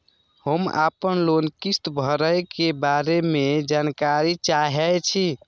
हम आपन लोन किस्त भरै के बारे में जानकारी चाहै छी?